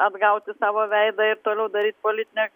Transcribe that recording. atgauti savo veidą ir toliau daryt politinę